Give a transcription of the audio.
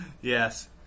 Yes